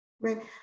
Right